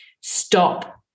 Stop